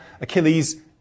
Achilles